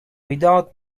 without